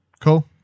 cool